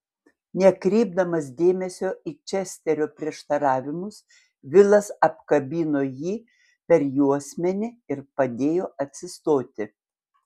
nekreipdamas dėmesio į česterio prieštaravimus vilas apkabino jį per juosmenį ir padėjo atsistoti